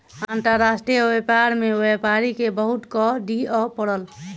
अंतर्राष्ट्रीय व्यापार में व्यापारी के बहुत कर दिअ पड़ल